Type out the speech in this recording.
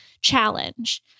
challenge